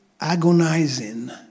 agonizing